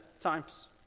times